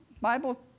Bible